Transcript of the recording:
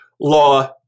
law